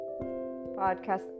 podcast